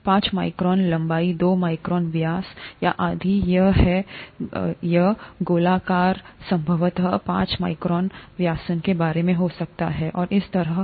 पांच माइक्रोन लंबाई दो माइक्रोन व्यास या यदि यहहै तो यहगोलाकारसंभवतः पांच माइक्रोन व्यास के बारे में हो सकता है और इसी तरह